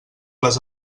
les